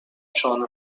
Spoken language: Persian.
شانه